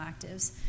actives